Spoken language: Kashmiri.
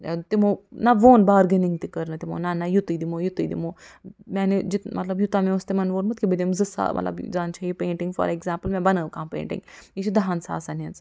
تِمَو نہَ ووٚن بارگِنِٛگ تہِ کٔر نہٕ تِمَو نہَ نہَ یِتُے دِمَو یِتُے دِمَو میٛٲنٮ۪و جہ یِمو مطلب یوٗتاہ مےٚ اوس تِمَن ووٚنمُت کہِ بہٕ دِمہٕ زٕ سا مطلب جان چھِ یہِ پینٛٹِنٛگ فار ایکزامپُل مےٚ بنٲو کانٛہہ پینٛٹِنٛگ یہِ چھِ دَہَن ساسَن ہٕنٛز